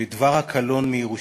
ודבר הקלון מירושלים.